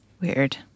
Weird